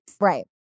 Right